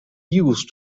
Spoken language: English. used